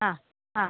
ആ ആ